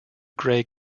gray